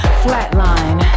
flatline